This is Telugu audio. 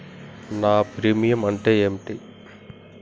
నా ప్రీమియం అంటే ఏమిటి?